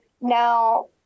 Now